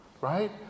right